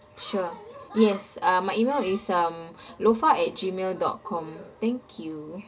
sure yes uh my email is um lofa at gmail dot com thank you